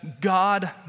God